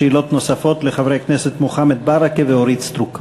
שאלות נוספות לחברי הכנסת מוחמד ברכה ואורית סטרוק.